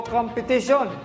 Competition